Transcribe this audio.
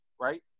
right